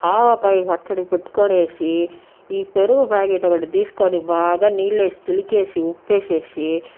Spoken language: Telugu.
ఆవకాయ పచ్చడి పెట్టుకునేసి ఈ పెరుగు ప్యాకెట్ ఒకటి తీసుకొని బాగా నీళ్లేసి చిలికేసి ఉప్పు వేసేసి